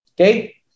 Okay